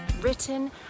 Written